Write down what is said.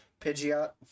Pidgeot